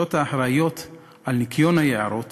שהרשויות האחראיות לניקיון היערות